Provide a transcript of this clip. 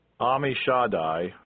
Amishadai